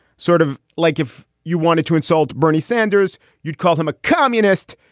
sort of like if you wanted to insult bernie sanders, you'd call him a communist.